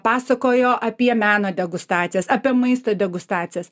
pasakojo apie meno degustacijas apie maisto degustacijas